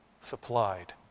supplied